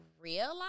realize